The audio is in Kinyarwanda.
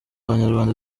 abanyarwanda